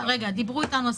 דיברו אתנו על